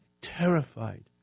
terrified